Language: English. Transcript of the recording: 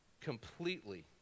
completely